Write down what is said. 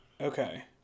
Okay